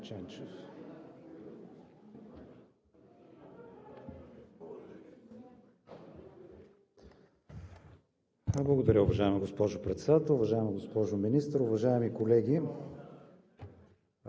Благодаря, уважаема госпожо Председател. Уважаема госпожо Министър, уважаеми колеги!